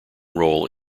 role